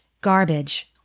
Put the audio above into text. garbage